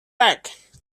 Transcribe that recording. back